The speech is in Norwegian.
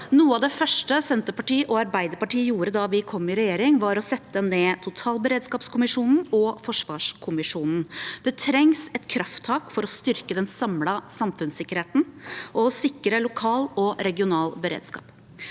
Noe av det første Senterpartiet og Arbeiderpartiet gjorde da vi kom i regjering, var å sette ned totalberedskapskommisjonen og forsvarskommisjonen. Det trengs et krafttak for å styrke den samlede samfunnssikkerheten og sikre lokal og regional beredskap.